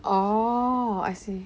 oh I see